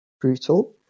brutal